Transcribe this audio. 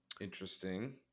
Interesting